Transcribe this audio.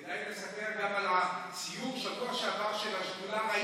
כדאי לספר גם על הסיור בשבוע שעבר של השדולה.